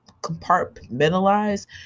compartmentalize